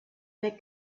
they